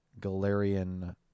Galarian